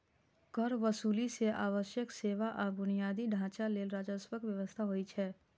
कर वसूली सं आवश्यक सेवा आ बुनियादी ढांचा लेल राजस्वक व्यवस्था होइ छै